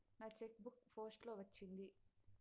నా cheque book post లో వచ్చింది